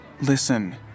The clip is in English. Listen